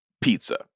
pizza